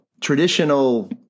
traditional